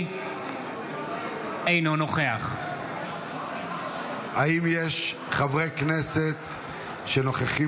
אינו נוכח האם יש חברי כנסת שנוכחים